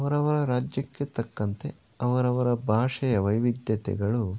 ಅವರವರ ರಾಜ್ಯಕ್ಕೆ ತಕ್ಕಂತೆ ಅವರವರ ಭಾಷೆಯ ವೈವಿಧ್ಯತೆಗಳು